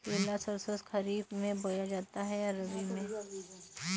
पिला सरसो खरीफ में बोया जाता है या रबी में?